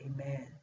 amen